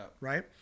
Right